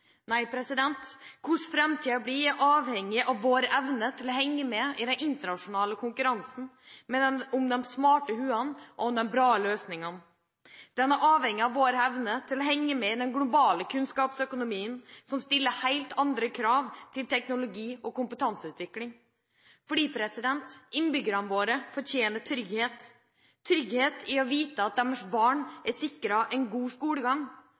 Nei, hvordan framtiden blir, er avhengig av vår evne til å henge med i den internasjonale konkurransen om de smarte hodene og de bra løsningene. Den er avhengig av vår evne til å henge med i den globale kunnskapsøkonomien som stiller helt andre krav til teknologi og kompetanseutvikling, fordi innbyggerne våre fortjener trygghet – trygghet i å vite at deres barn er sikret en god skolegang,